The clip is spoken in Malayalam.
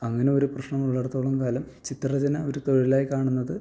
അങ്ങിനെ ഒരു പ്രശ്നം ഉള്ളിടത്തോളം കാലം ചിത്ര രചന ഒരു തൊഴിലായി കാണുന്നത്